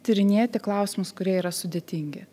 tyrinėti klausimus kurie yra sudėtingi